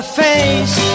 face